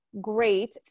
great